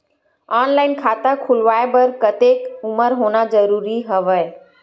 Online खाता खुलवाय बर कतेक उमर होना जरूरी हवय?